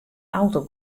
auto